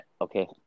Okay